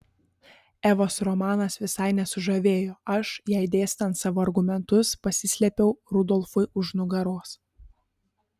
evos romanas visai nesužavėjo aš jai dėstant savo argumentus pasislėpiau rudolfui už nugaros